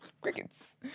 crickets